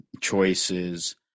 choices